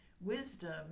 wisdom